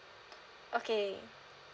okay